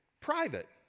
private